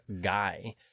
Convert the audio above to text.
guy